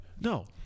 no